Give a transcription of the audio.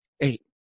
Eight